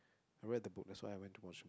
I read the book that's why I went to watch